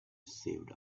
saved